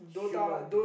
human